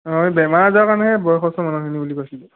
অঁ বেমাৰ আজাৰৰ কাৰণেহে বয়সস্থ মানুহখিনি বুলি কৈছিলোঁ